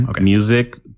Music